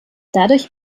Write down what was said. dadurch